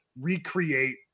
recreate